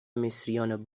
مصریان